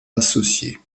associés